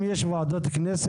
אז אם יש ועדות כנסת,